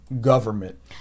government